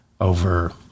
over